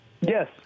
Yes